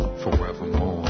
forevermore